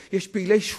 אולי אפילו פול-טריילרים,